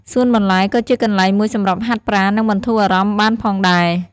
សួនបន្លែក៏ជាកន្លែងមួយសម្រាប់ហាត់ប្រាណ និងបន្ធូរអារម្មណ៍បានផងដែរ។